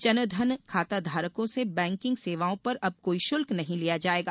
जनधन खाताधारकों से बैंकिंग सेवाओं पर अब कोई शुल्क नहीं लिया जायेगा